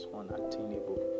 unattainable